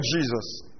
Jesus